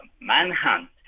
manhunt